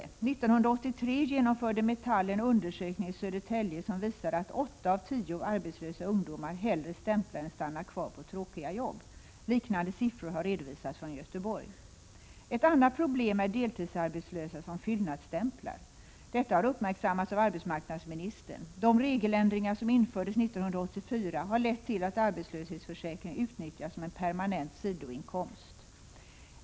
År 1983 genomförde Metall en undersökning i Södertälje som visade att åtta av tio arbetslösa ungdomar hellre stämplar än stannar kvar på tråkiga jobb. Liknande siffror har redovisats från Göteborg. Ett annat problem är deltidsarbetslösa som fyllnadsstämplar. Detta har uppmärksammats av arbetsmarknadsministern. De regeländringar som infördes 1984 har lett till att arbetslöshetsförsäkringen utnyttjas som en permanent sidoinkomst.